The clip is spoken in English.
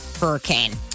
hurricane